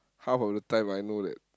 half of the time I know that